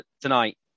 tonight